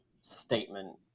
statement